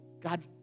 God